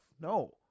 No